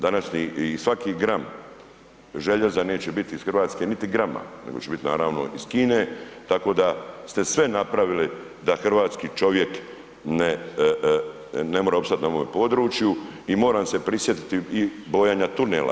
Današnji i svaki gram željeza neće biti iz Hrvatske, niti grama, nego će biti naravno iz Kine, tako da ste sve napravili da hrvatski čovjek ne mora opstati na ovome području i moram se prisjetiti i bojanja tunela.